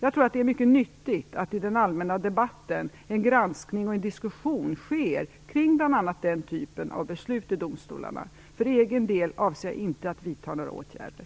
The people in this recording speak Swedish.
Jag tror att det är mycket nyttigt att i den allmänna debatten en granskning och diskussion sker kring bl.a. den typen av beslut i domstolarna. För egen del avser jag inte att vidta några åtgärder.